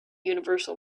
universal